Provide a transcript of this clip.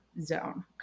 zone